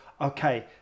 Okay